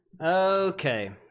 Okay